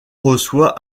reçoit